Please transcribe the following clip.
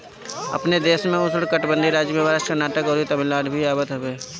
अपनी देश में उष्णकटिबंधीय राज्य में महाराष्ट्र, कर्नाटक, अउरी तमिलनाडु भी आवत हवे